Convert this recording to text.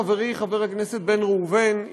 חברי חבר הכנסת בן ראובן,